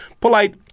polite